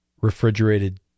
refrigerated